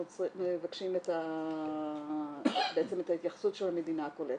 מבקשים את ההתייחסות של המדינה הקולטת.